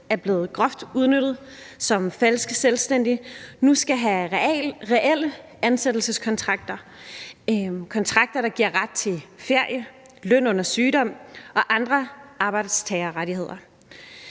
er blevet groft udnyttet som falske selvstændige, nu skal have reelle ansættelseskontrakter – kontrakter, der giver ret til ferie, løn under sygdom og andre arbejdstagerrettigheder.